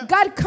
God